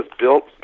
built